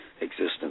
existence